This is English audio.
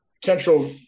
potential